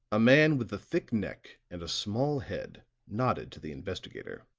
a man with a thick neck and a small head nodded to the investigator